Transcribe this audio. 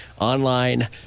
online